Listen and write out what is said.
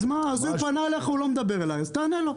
אז הוא פנה אליך, הוא לא מדבר אלי, אז תענה לו.